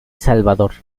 salvador